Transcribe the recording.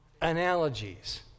Analogies